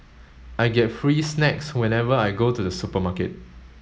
I get free snacks whenever I go to the supermarket